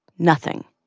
nothing.